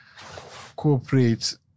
cooperate